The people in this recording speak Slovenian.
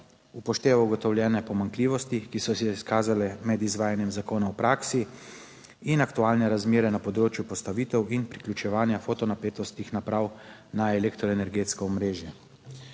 upošteva ugotovljene pomanjkljivosti, ki so se izkazale med izvajanjem zakona v praksi in aktualne razmere na področju postavitev in priključevanja fotonapetost naprav na elektroenergetsko omrežje.